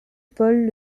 épaules